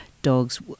dogs